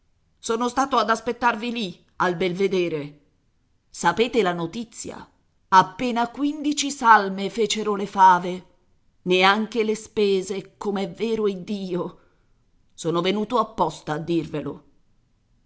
sono stato ad aspettarvi lì al belvedere sapete la notizia appena quindici salme fecero le fave neanche le spese com'è vero iddio son venuto apposta a dirvelo